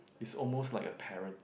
is almost like a parent